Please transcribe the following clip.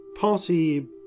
party